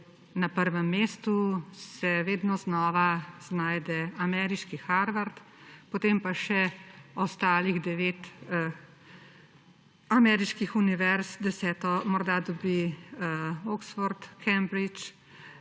Na 1. mestu se vedno znova znajde ameriški Harvard, potem pa še ostalih 9 ameriških univerz, 10. morda dobi Oxford, Cambridge